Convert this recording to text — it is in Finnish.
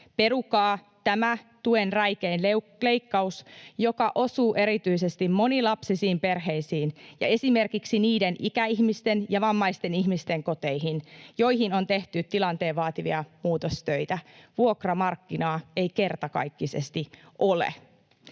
perukaa tämä tuen räikein leikkaus, joka osuu erityisesti monilapsisiin perheisiin ja esimerkiksi niihin ikäihmisten ja vammaisten ihmisten koteihin, joihin on tehty tilanteen vaatimia muutostöitä — vuokramarkkinaa ei kertakaikkisesti ole.